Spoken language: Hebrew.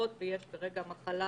זה לא לשנות את החוק, זה לשנות את